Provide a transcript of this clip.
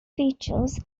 features